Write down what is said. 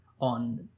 on